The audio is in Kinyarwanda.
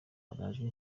barajwe